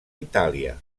itàlia